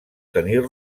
tenir